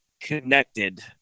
connected